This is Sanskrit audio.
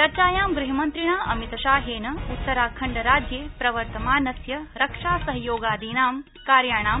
चर्चायां गृहमन्त्रिणा अमितशाहेन उत्तराखण्डराज्ये प्रवर्तमानस्य रक्षा सहयोगादीनां कार्याणां